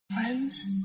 Friends